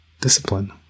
discipline